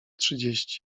trzydzieści